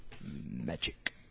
Magic